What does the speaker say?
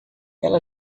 ela